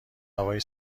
هوای